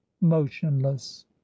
motionless